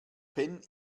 penh